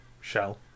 shell